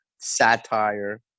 Satire